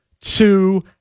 two